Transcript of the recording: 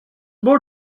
more